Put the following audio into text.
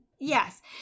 yes